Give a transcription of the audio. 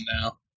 now